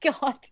God